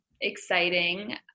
exciting